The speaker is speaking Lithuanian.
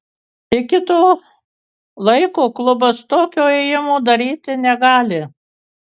iki to laiko klubas tokio ėjimo daryti negali